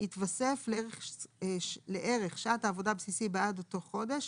יתווסף לערך שעת העבודה הבסיסי בעד אותו חודש,